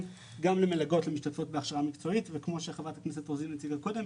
גם למלגות למשתתפות בהכשרה מקצועית וכמו שהציגה קודם